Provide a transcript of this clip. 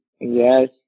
Yes